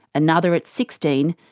another at sixteen,